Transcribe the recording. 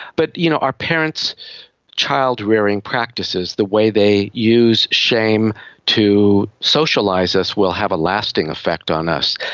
but, you know, our parents' child rearing practices, the way they use shame to socialise us will have a lasting effect on us.